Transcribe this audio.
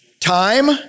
time